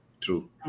true